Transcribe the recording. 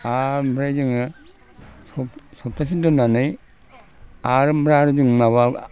आर ओमफ्राय जोङो सप्तासे दोननानै आरो ओमफ्राय आरो जों माबा